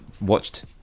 watched